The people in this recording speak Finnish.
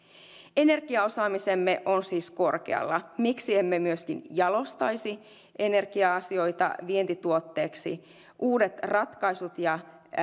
energiaosaamisemme on siis korkealla miksi emme myöskin jalostaisi energia asioita vientituotteeksi uudet ratkaisut ja